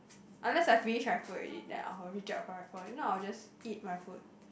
unless I finish my food already then I will reach out for my phone if not I'll just eat my food